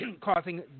causing